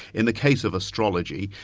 in the case of astrology,